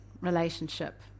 relationship